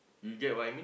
you get what I mean